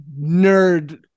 nerd